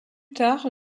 tard